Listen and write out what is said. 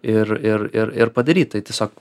ir ir ir ir padaryt tai tiesiog